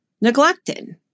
neglected